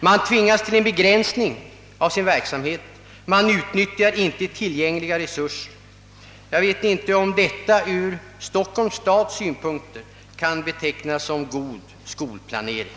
De tvingas till en begränsning av sin verksamhet, och tillgängliga resurser utnyttjas inte. Jag vet inte om detta ur Stockholms stads synpunkt kan betecknas som god skolplanering.